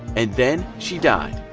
and then she died.